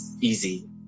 easy